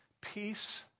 peace